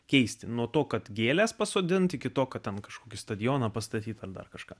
keisti nuo to kad gėlės pasodinti iki to kad ten kažkokį stadioną pastatytą dar kažką